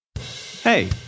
Hey